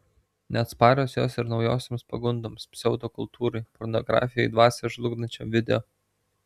neatsparios jos ir naujosioms pagundoms pseudokultūrai pornografijai dvasią žlugdančiam video